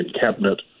cabinet